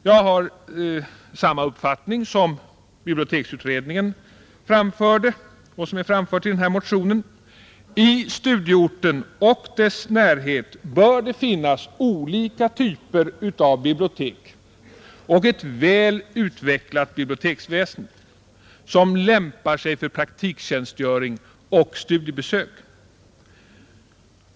Jag delar den uppfattning som biblioteksutredningen framförde och som också framförts i den här motionen: I studieorten och dess närhet bör det finnas olika typer av bibliotek och ett väl utvecklat biblioteksväsende som lämpar sig för praktiktjänstgöring och studiebesök.